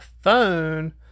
phone